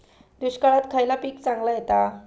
दुष्काळात खयला पीक चांगला येता?